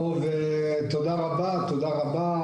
תודה רבה, תודה רבה.